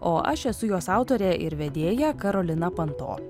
o aš esu jos autorė ir vedėja karolina panto